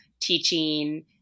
teaching